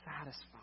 satisfied